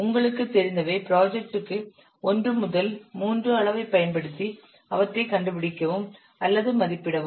உங்களுக்குத் தெரிந்தவை ப்ராஜெக்ட்டுக்கு ஒன்று முதல் மூன்று அளவைப் பயன்படுத்தி அவற்றைக் கண்டுபிடிக்கவும் அல்லது மதிப்பிடவும்